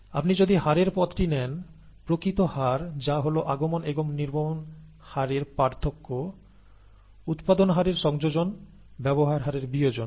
আপনি যদি হারের পথটি নেন প্রকৃত হার যা হল আগমন এবং নির্গমন হারের পার্থক্য উৎপাদন হারের সংযোজন ব্যবহার হারের বিয়োজন